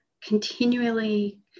continually